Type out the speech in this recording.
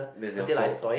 that's your fault